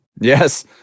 Yes